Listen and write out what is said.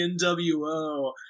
NWO